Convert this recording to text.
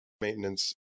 maintenance